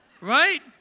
right